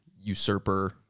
usurper